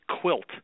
quilt